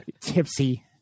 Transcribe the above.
Tipsy